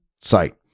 site